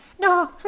No